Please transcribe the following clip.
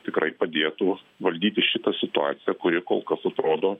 tikrai padėtų valdyti šitą situaciją kuri kol kas atrodo